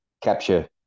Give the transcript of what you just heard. capture